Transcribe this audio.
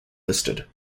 listed